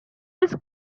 these